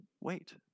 Wait